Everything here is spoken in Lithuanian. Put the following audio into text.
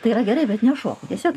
tai yra gerai bet nešok tiesiog